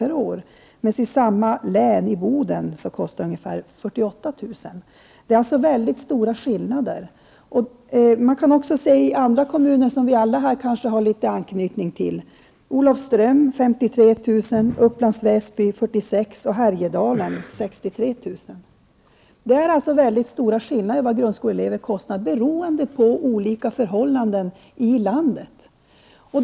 per år, men i Boden i samma län är kostnaden ungefär 48 000 kr. Jag har också sett på kostnaderna i några andra kommuner som kanske många här har anknytning till: Olofström 53 000 kr., Upplands Beroende på olika förhållanden i landet är det alltså mycket stora skillnader i kostnader för grundskoleeleverna.